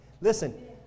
Listen